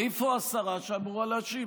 איפה השרה שאמורה להשיב?